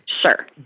Sure